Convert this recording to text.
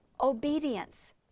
Obedience